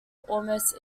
almost